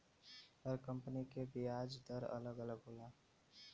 हर company के बियाज दर अलग अलग होला